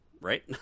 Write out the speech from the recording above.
Right